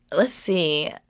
let's see.